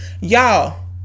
Y'all